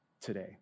today